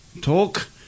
talk